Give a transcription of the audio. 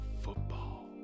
football